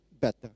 better